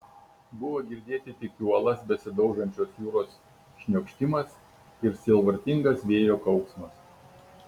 buvo girdėti tik į uolas besidaužančios jūros šniokštimas ir sielvartingas vėjo kauksmas